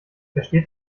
versteht